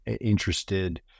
interested